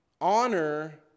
Honor